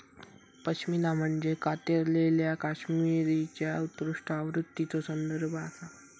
पश्मिना म्हणजे कातलेल्या कश्मीरीच्या उत्कृष्ट आवृत्तीचो संदर्भ आसा